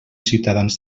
ciutadans